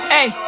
Hey